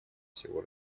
всего